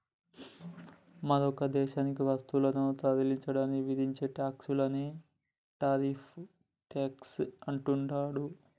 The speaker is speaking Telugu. మరొక దేశానికి వస్తువులను తరలించడానికి విధించే ఛార్జీలనే టారిఫ్ ట్యేక్స్ అంటుండ్రు